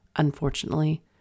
Unfortunately